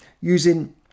using